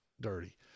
dirty